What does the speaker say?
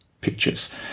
pictures